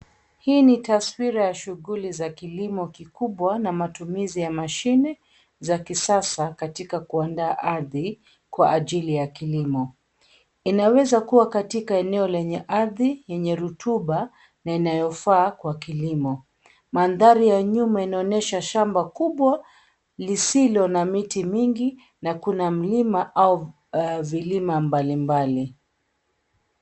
Hii ni taswira ya shughuli za kilimo kikubwa na matumizi ya mashine za kisasa, katika kuandaa ardhi kwa ajili ya kilimo. Inaweza kuwa katika eneo lenye ardhi yenye rutuba na inayofaa kwa kilimo. Mandhari ya nyuma inaonyesha shamba kubwa lisilo na miti mingi na kuna mlima au vilima mbalimbali.